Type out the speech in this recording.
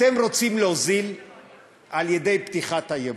אתם רוצים להוזיל על-ידי פתיחת הייבוא,